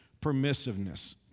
permissiveness